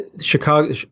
Chicago